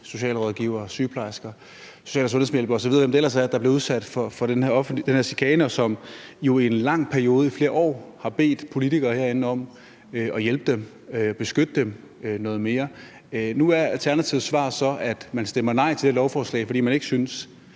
socialrådgivere, sygeplejersker, social- og sundhedshjælpere osv., og hvem det ellers er, der bliver udsat for den her chikane, og som jo i en lang periode, igennem flere år, har bedt politikerne herinde om at hjælpe dem og beskytte dem noget mere. Nu er Alternativets svar så, at man stemmer nej til det her lovforslag, fordi man ikke synes,